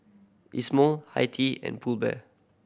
Isomil Hi Tea and Pull Bear